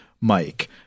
Mike